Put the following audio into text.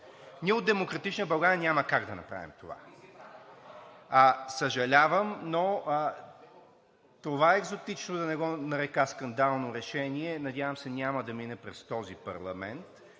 Ние от „Демократична България“ няма как да направим това. Съжалявам, но това екзотично, да не го нарека скандално решение, надявам се, няма да мине през този парламент.